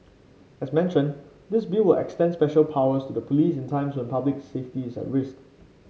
as mentioned this Bill would extend special powers to the police in times when public safety is at risk